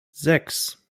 sechs